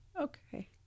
Okay